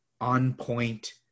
on-point